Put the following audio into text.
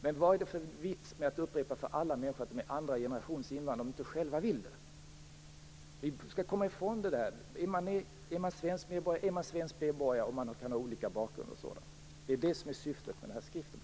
Men vad är det för vits att upprepa för alla människor att de är andra generationens invandrare om de inte själva vill det? Är man svensk medborgare så är man svensk medborgare. Men man kan ha olika bakgrund. Det är det som är syftet med skriften.